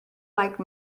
like